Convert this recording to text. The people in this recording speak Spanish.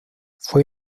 fue